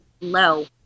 low